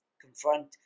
confront